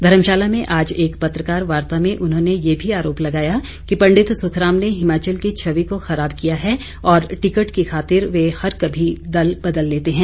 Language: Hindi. धर्मशाला में आज एक पत्रकार वार्ता में उन्होंने ये भी आरोप लगाया कि पंडित सुखराम ने हिमाचल की छवि को खराब किया है और टिकट की खातिर वे हर कभी दल बदल लेते हैं